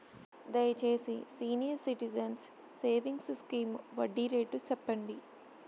దయచేసి senior citizens savings scheme వడ్డీ rate సెప్పండి